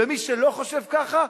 ומי שלא חושב ככה,